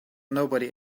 nobody